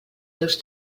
seus